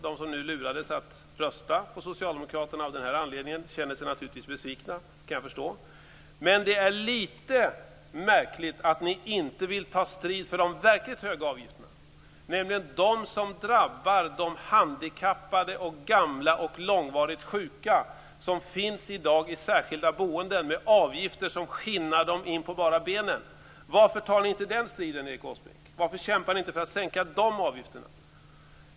De som nu lurades att rösta på Socialdemokraterna av denna anledning känner sig naturligtvis besvikna. Det kan jag förstå. Men det är litet märkligt att ni inte vill ta strid för de verkligt höga avgifterna, nämligen de som drabbar de handikappade, de gamla och de långvarigt sjuka som i dag finns i särskilda boenden med avgifter som skinnar dem in på bara benen. Varför tar ni inte den striden, Erik Åsbrink? Varför kämpar ni inte för att sänka de avgifterna?